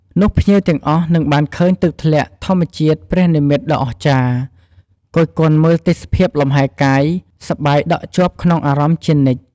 នោះភ្ញៀវទាំងអស់នឹងបានឃើញទឹកធ្លាក់ធម្មជាតិព្រះនិមិ្មតដ៏អស្ចារ្យ គយគន់មើលទេសភាពលំហែកាយ សប្បាយដក់ជាប់ក្នុងអារម្មណ៍ជានិច្ច ។